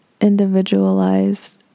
individualized